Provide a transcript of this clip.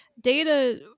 Data